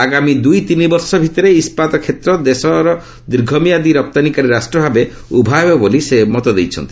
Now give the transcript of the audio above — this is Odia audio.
ଆଗାମୀ ଦୁଇ ତିନି ବର୍ଷ ଭିତରେ ଇସ୍କାତ କ୍ଷେତ୍ର ଦେଶ ଦୀର୍ଘ ମିଆଦି ରପ୍ତାନୀକାରୀ ରାଷ୍ଟ୍ର ଭାବେ ଉଭା ହେବ ବୋଲି ସେ ମତବ୍ୟକ୍ତ କରିଛନ୍ତି